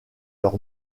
leur